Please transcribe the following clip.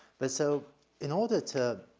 but so in order to,